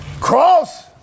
Cross